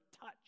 touch